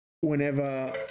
whenever